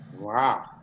Wow